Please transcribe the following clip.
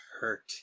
hurt